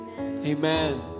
amen